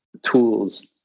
tools